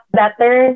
better